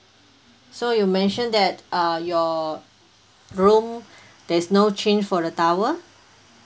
so you mentioned that uh your room there is no change for the towel